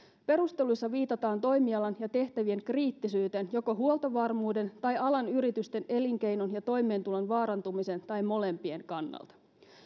perusteluissa viitataan toimialan ja tehtävien kriittisyyteen joko huoltovarmuuden tai alan yritysten elinkeinon ja toimeentulon vaarantumisen tai molempien kannalta